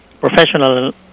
professional